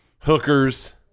hookers